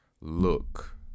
look